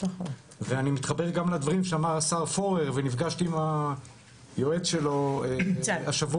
ואני מתחבר גם לדברים שאמר השר פורר ונפגשתי עם היועץ שלו השבוע,